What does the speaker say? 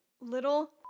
little